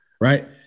Right